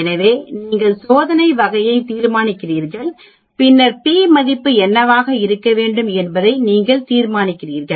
எனவே நீங்கள் சோதனை வகையை தீர்மானிக்கிறீர்கள் பின்னர் p மதிப்பு என்னவாக இருக்க வேண்டும் என்பதை நீங்கள் தீர்மானிக்கிறீர்கள்